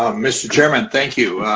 um mr. chairman, thank you.